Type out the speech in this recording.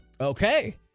Okay